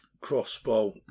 crossbow